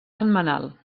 setmanal